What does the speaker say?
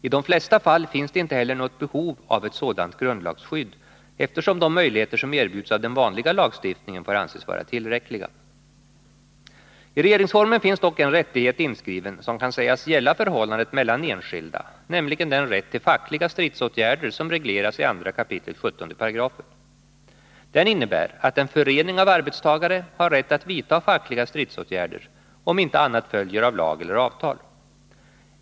I de flesta fall finns det inte heller något behov av ett sådant grundlagsskydd, eftersom de 95 möjligheter som erbjuds av den vanliga lagstiftningen får anses vara tillräckliga. I regeringsformen finns dock en rättighet inskriven som kan sägas gälla förhållandet mellan enskilda, nämligen den rätt till fackliga stridsåtgärder som regleras i 2 kap. 17 §. Den innebär att en förening av arbetstagare har rätt att vidta fackliga stridsåtgärder, om inte annat följer av lag eller avtal.